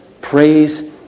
praise